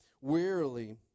wearily